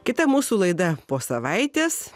kita mūsų laida po savaitės